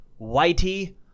Whitey